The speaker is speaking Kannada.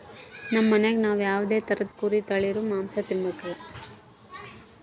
ನಮ್ ಮನ್ಯಾಗ ನಾವ್ ಯಾವ್ದೇ ತರುದ್ ಕುರಿ ತಳೀದು ಮಾಂಸ ತಿಂಬಕಲ